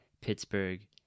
Pittsburgh